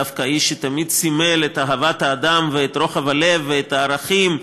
דווקא על איש שתמיד סימל את אהבת האדם ואת רוחב הלב ואת הערכים.